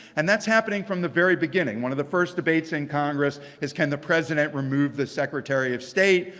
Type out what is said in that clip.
and that's happening from the very beginning. one of the first debates in congress is can the president remove the secretary of state,